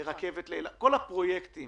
כל הפרויקטים